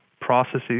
processes